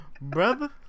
brother